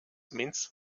means